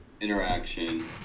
interaction